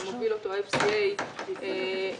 שמוביל אותו FCA בלונדון,